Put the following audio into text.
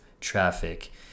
traffic